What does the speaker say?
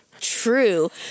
True